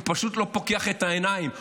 הוא פשוט לא פוקח את העיניים.